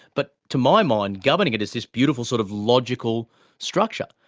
but to my mind governing it is this beautiful sort of logical structure.